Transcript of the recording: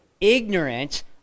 ignorant